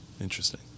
interesting